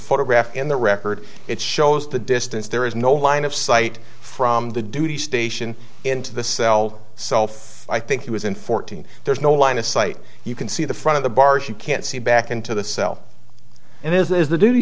photograph in the record it shows the distance there is no line of sight from the duty station into the cell self i think he was in fourteen there's no line of sight you can see the front of the bars you can't see back into the cell it is the duty